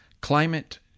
climate